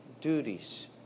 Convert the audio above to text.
duties